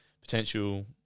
potential